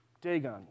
dagon